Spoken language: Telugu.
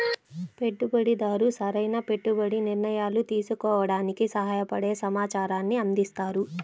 పెట్టుబడిదారు సరైన పెట్టుబడి నిర్ణయాలు తీసుకోవడానికి సహాయపడే సమాచారాన్ని అందిస్తారు